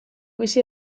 bizi